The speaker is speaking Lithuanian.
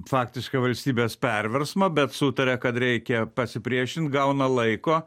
faktiškai valstybės perversmą bet sutaria kad reikia pasipriešinti gauna laiko